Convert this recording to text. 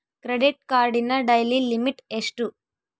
Credit ಕಾರ್ಡಿನ daily limit ಎಷ್ಟು?